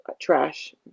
trash